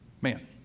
Man